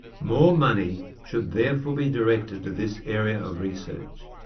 more money should therefore be directed to this area of research.